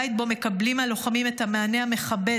בית שבו מקבלים הלוחמים את המענה המכבד,